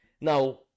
Now